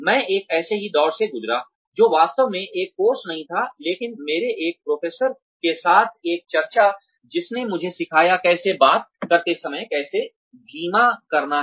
मैं एक ऐसे ही दौर से गुज़रा जो वास्तव में एक कोर्स नहीं था लेकिन मेरे एक प्रोफेसर के साथ एक चर्चा जिसने मुझे सिखाया कैसे बात करते समय कैसे धीमा करना है